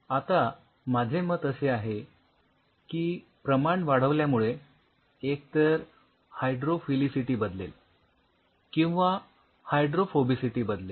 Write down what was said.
आता माझे मत असे आहे की प्रमाण वाढविल्यामुळे एकतर हायड्रोफिलिसिटी बदलेल किंवा हायड्रोफोबिसिटी बदलेल